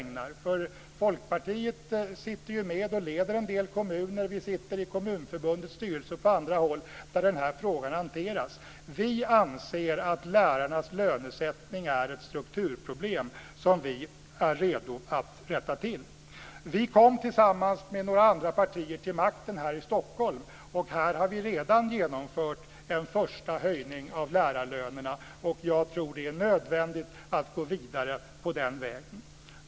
Folkpartiet sitter ju med och leder en del kommuner. Vi sitter i Kommunförbundets styrelse och på andra håll där den här frågan hanteras. Vi anser att lärarnas lönesättning är ett strukturproblem som vi är redo att rätta till. Vi kom tillsammans med några andra partier till makten här i Stockholm, och här har vi redan genomfört en första höjning av lärarlönerna. Jag tror att det är nödvändigt att gå vidare på den vägen.